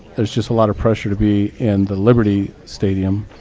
there's just a lot of pressure to be in the liberty stadium.